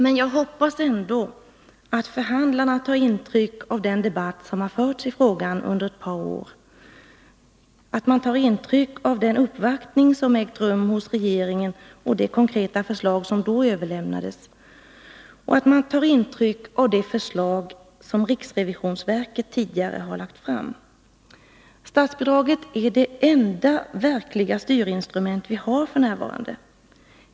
Men jag hoppas ändå att förhandlarna tar intryck av den debatt som förts i frågan under ett par år, att de tar intryck av den uppvaktning som ägt rum hos regeringen och det konkreta förslag som då överlämnades och att de tar intryck av det förslag som riksrevisionsverket tidigare har lagt fram. Statsbidraget är det enda verkliga styrinstrument vi har f. n.